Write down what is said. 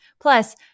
Plus